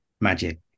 Magic